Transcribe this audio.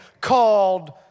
called